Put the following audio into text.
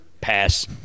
pass